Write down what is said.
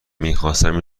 میخواستم